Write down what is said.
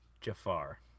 Jafar